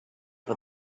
for